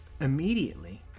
Immediately